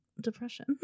depression